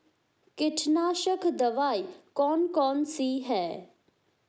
कीटनाशक दवाई कौन कौन सी हैं?